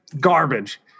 garbage